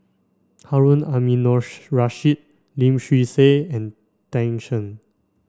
Harun Aminurrashid Lim Swee Say and Tan Shen